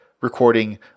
recording